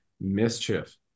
mischief